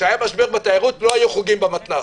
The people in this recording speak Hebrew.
כשהיה משבר בתיירות, לא היו חוגים במתנ"ס.